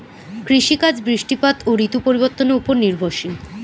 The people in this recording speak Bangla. কৃষিকাজ বৃষ্টিপাত ও ঋতু পরিবর্তনের উপর নির্ভরশীল